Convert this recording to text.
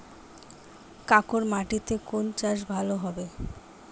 কাঁকর মাটিতে কোন চাষ ভালো হবে?